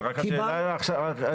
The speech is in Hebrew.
רק השאלה עכשיו,